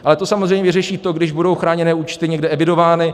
Ale to samozřejmě řeší to, když budou chráněné účty někde evidovány.